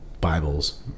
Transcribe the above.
bibles